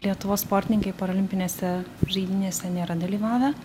lietuvos sportininkai paralimpinėse žaidynėse nėra dalyvavę